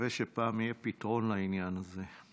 נקווה שפעם יהיה פתרון לעניין הזה.